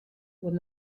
when